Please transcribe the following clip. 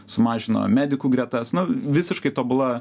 sumažino medikų gretas na visiškai tobula